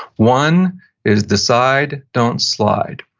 one is decide don't slide.